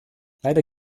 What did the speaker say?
leider